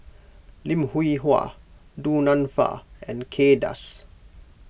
Lim Hwee Hua Du Nanfa and Kay Das